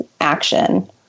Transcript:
action